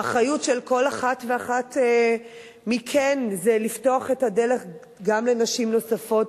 האחריות של כל אחת ואחת מכן זה לפתוח את הדלת גם לנשים נוספות.